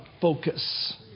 focus